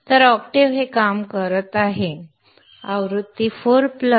तर ऑक्टेव्ह हे काम करत आहे संदर्भ वेळ 2157 आवृत्ती चार प्लस